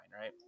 right